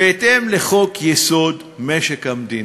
בהתאם לחוק-יסוד: משק המדינה,